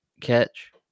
catch